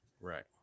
right